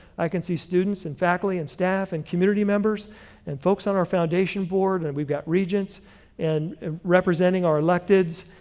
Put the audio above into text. i can see students and faculty and staff and community members and folks on our foundation board, and we've got regents and representing our elected.